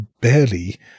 barely